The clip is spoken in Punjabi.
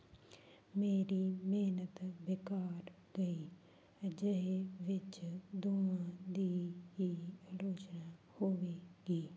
ਮੇਰੀ ਮਿਹਨਤ ਬੇਕਾਰ ਗਈ ਅਜਿਹੇ ਵਿੱਚ ਦੋਵਾਂ ਦੀ ਹੀ ਆਲੋਚਨਾ ਹੋਵੇਗੀ